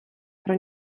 про